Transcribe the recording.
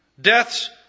death's